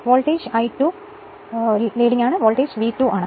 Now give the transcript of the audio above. voltage I2 മുൻനിര voltage V 2 ആണ്